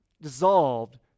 dissolved